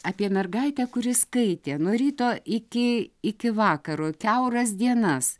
apie mergaitę kuri skaitė nuo ryto iki iki vakaro kiauras dienas